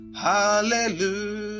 Hallelujah